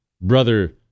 Brother